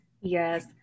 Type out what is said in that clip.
Yes